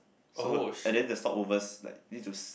so and then the stopover like these is